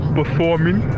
performing